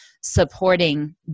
supporting